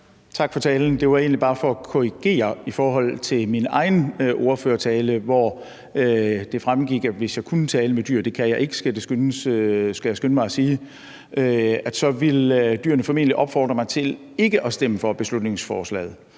tak for talen. Det var egentlig bare for at korrigere i forhold til min egen ordførertale, hvor det fremgik, at hvis jeg kunne tale med dyr – det kan jeg ikke, skal jeg lige skynde mig at sige – ville dyrene formentlig opfordre mig til ikke at stemme for beslutningsforslaget.